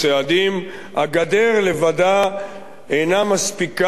הגדר לבדה אינה מספיקה ולא תספיק